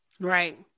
Right